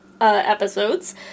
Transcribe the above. episodes